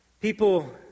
People